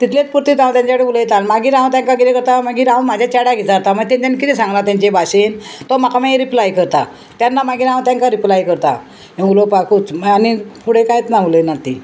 तितलेच पुर्तीत हांव तेंचे कडेन उलयतां मागीर हांव तेंका कितें करता मागीर हांव म्हाज्या चेड्याक विचारता मागीर तेंच्यान कितें सांगलां तेंचे भाशेन तो म्हाका मागीर रिप्लाय करता तेन्ना मागीर हांव तेंकां रिप्लाय करता हें उलोवपाकूच आनी फुडें कांयच ना उलयना तीं